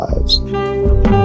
lives